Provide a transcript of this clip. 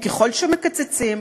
וככל שמקצצים,